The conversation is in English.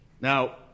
Now